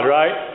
right